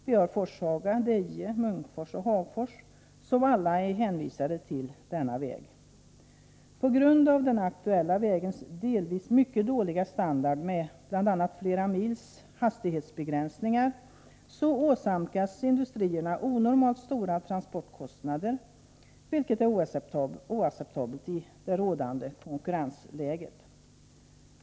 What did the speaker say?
Vi har Forshaga, Deje, Munkfors och Hagfors, där alla är hänvisade till denna väg. På grund av den aktuella vägens delvis mycket dåliga standard, med bl.a. flera mils hastighetsbegränsningar, åsamkas industrierna onormalt stora transportkostnader, vilket är oacceptabelt i det rådande konkurrensläget.